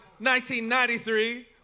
1993